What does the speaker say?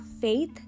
faith